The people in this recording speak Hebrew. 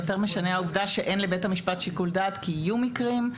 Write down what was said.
יותר משנה העובדה שאין לבית המשפט שיקול דעת כי יהיו מקרים.